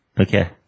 Okay